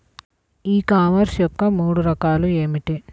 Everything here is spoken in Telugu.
ఈ కామర్స్ యొక్క మూడు రకాలు ఏమిటి?